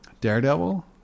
daredevil